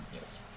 Yes